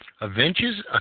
Avengers